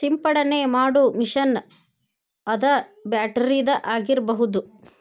ಸಿಂಪಡನೆ ಮಾಡು ಮಿಷನ್ ಅದ ಬ್ಯಾಟರಿದ ಆಗಿರಬಹುದ